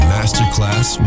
Masterclass